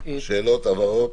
שאלות, הבהרות?